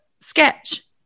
sketch